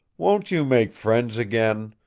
won't you make friends again?